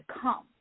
come